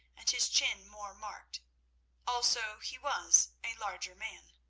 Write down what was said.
and his chin more marked also he was a larger man.